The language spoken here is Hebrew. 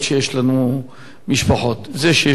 זה שיש מצב קשה להרבה משפחות,